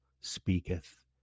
speaketh